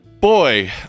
boy